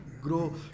grow